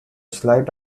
slight